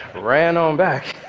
ran on back,